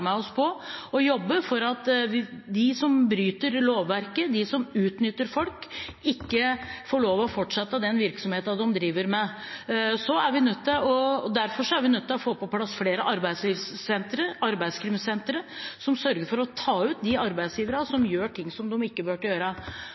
med oss på: å jobbe for at de som bryter lovverket, de som utnytter folk, ikke får lov til å fortsette den virksomheten de driver med. Derfor er vi nødt til å få på plass flere arbeidslivssentre, arbeidskrimsentre, som sørger for å ta ut de arbeidsgiverne som gjør ting som de ikke burde gjøre.